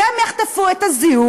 אז הם יחטפו את הזיהום,